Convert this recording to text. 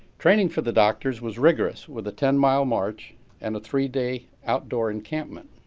training for the doctors was rigorous, with a ten mile march and a three-day outdoor encampment.